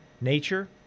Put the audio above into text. nature